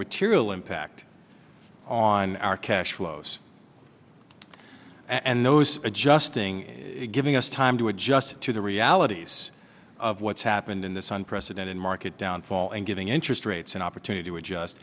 material impact on our cash flows and those adjusting giving us time to adjust to the realities of what's happened in this unprecedented market downfall and giving interest rates an opportunity to adjust